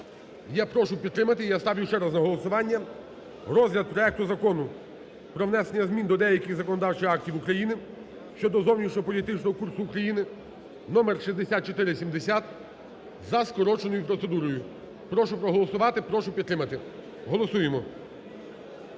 Я прошу підтримати і я ставлю ще раз на голосування розгляд проекту Закону про внесення змін до деяких законодавчих актів України (щодо зовнішньополітичного курсу України) (номер 6470) за скороченою процедурою. Прошу проголосувати, прошу підтримати. Голосуємо.